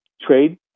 trade